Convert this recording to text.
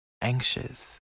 anxious